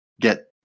Get